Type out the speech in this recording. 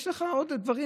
יש לך עוד דברים,